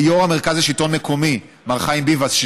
ליו"ר המרכז לשלטון מקומי מר חיים ביבס,